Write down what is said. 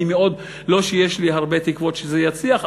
לא שיש לי הרבה תקוות שזה יצליח,